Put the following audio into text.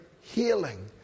healing